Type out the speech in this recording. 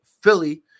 Philly